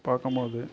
பாக்கம்போது